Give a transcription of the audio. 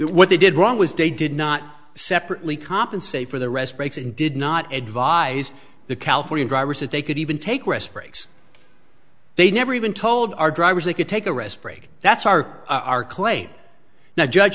breaks what they did wrong was day did not separately compensate for the rest breaks and did not advise the california drivers that they could even take rest breaks they never even told our drivers they could take a rest break that's our our claim now judge